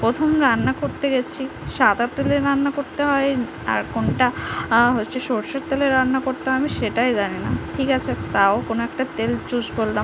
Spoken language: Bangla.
প্রথম রান্না করতে গেছি সাদা তেলে রান্না করতে হয় আর কোনটা হচ্ছে সরষের তেলে রান্না করতে হয় আমি সেটাই জানি না ঠিক আছে তাও কোনো একটা তেল চুস করলাম